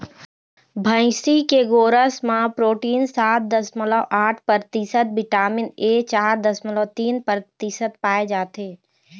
भइसी के गोरस म प्रोटीन सात दसमलव आठ परतिसत, बिटामिन ए चार दसमलव तीन परतिसत पाए जाथे